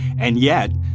and yet,